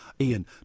Ian